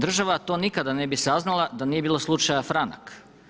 Država to nikada ne bi saznala da nije bilo slučaja franak.